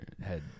head